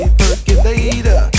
percolator